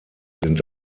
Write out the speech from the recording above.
sind